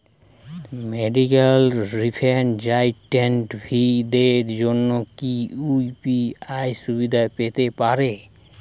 Medical রিপ্রেজন্টেটিভদের জন্য কি ইউ.পি.আই সুবিধা পেতে পারে?